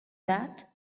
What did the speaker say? that